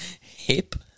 hip